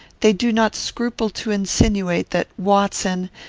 they do not scruple to insinuate that watson,